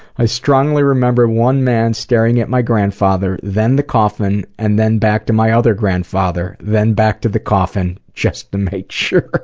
i strongly remember one man staring at my grandfather, then the coffin, and then back to my other grandfather, then back to the coffin, just to make sure.